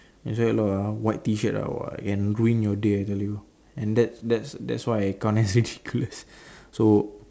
I sweat a lot ah white t shirt ah !wah! can ruin your day I tell you and that's that's that's why I can't that's ridiculous